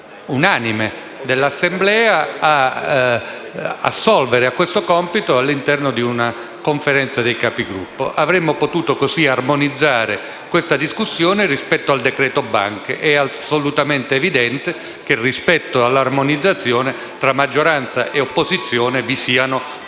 unanime dell'Assemblea ad assolvere a questo compito all'interno di una Conferenza dei Capigruppo; avremmo potuto così armonizzare questa discussione rispetto al decreto-legge sulle banche. È assolutamente evidente che, rispetto all'armonizzazione, tra maggioranza e opposizione vi siano dei